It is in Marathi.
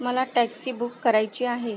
मला टॅक्सी बुक करायची आहे